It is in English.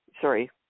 Sorry